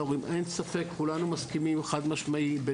אין ספק שכולנו מסכימים חד-משמעית לגבי התמיכה בהורים.